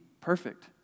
perfect